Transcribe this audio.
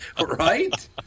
right